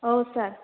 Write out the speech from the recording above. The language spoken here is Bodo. औ सार